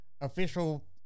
official